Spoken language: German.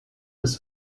des